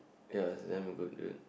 ya is damn good good